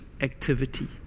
activity